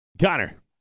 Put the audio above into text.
Connor